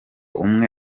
umwe